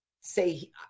say